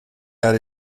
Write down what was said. had